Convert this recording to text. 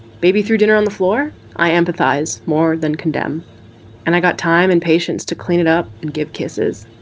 maybe through dinner on the floor. i empathize more than condemn and i got time and patients to clean it up and give kisses